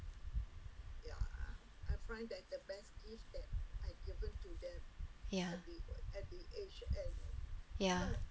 ya ya